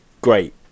great